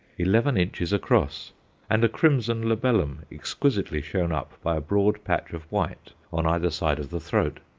eleven inches across and a crimson labellum exquisitely shown up by a broad patch of white on either side of the throat.